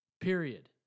Period